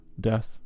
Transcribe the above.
death